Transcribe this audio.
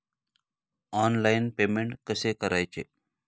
Online payment कसे करायचे?